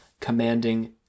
commanding